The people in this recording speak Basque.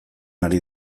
ari